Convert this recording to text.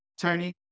Tony